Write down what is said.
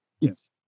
Yes